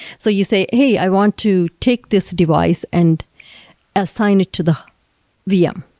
so you say, hey, i want to take this device and assign it to the vm.